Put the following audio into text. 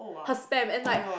her spam and like